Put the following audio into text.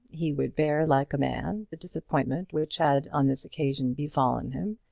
he would bear like a man the disappointment which had on this occasion befallen him,